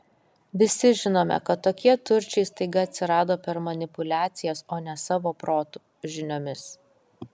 visi žinome kad tokie turčiai staiga atsirado per manipuliacijas o ne savo protu žiniomis